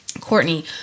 courtney